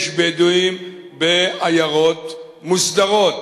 יש בדואים בעיירות מוסדרות,